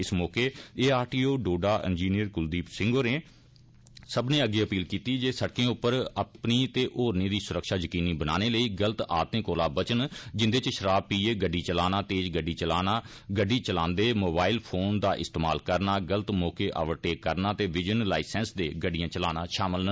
इस मौके ARTO Doda engineer Kuldeep Singh होरें सब्मनें अग्गे अपील कीती जे सड़कै पर अपनी ते होरने दी सुरक्षा यकीनी बनाने लेई गल्त आदतें कोला बचन जिन्दे च षराब पीए गड्डी चलाना तेज गड्डी चलाना गड्डी चलांदे मोबाईल फोन दा इस्तमाल करना गल्त मौके ओवरटेक करना ते बिजन लाईसेंस दे गड्डी चलाना षामल न